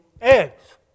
eggs